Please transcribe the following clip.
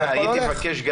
וגם הייתי מבקש,